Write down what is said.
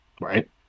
right